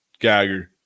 Gagger